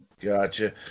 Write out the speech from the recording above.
Gotcha